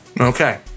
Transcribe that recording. Okay